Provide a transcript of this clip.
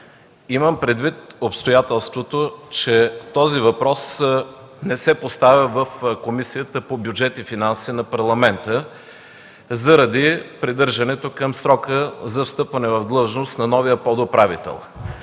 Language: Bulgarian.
Имам предвид обстоятелството, че този въпрос не се поставя в Комисията по бюджет и финанси на парламента заради придържането към срока за встъпване в длъжност на новия подуправител.